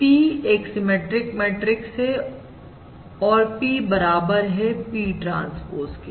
P एक symmetric matrix है और P बराबर है P ट्रांसपोज के